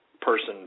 person